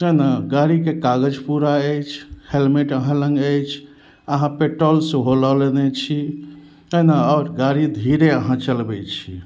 कहिना गाड़ीके कागज पूरा अछि हेलमेट अहाँ लग अछि अहाँ पेट्रोल सेहो होलऽ लेने छी कै नऽ आओर गाड़ी धीरे अहाँ चलबै छी